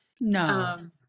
no